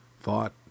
thought